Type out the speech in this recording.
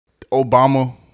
Obama